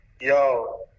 yo